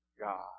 God